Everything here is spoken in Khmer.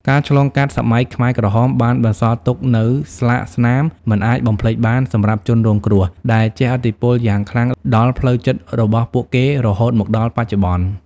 ការឆ្លងកាត់សម័យខ្មែរក្រហមបានបន្សល់ទុកនូវស្លាកស្នាមមិនអាចបំភ្លេចបានសម្រាប់ជនរងគ្រោះ ដែលជះឥទ្ធិពលយ៉ាងខ្លាំងដល់ផ្លូវចិត្តរបស់ពួកគេរហូតមកដល់បច្ចុប្បន្ន។